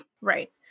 Right